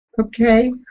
Okay